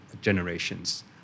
generations